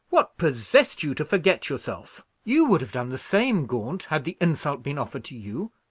what possessed you to forget yourself? you would have done the same, gaunt, had the insult been offered to you.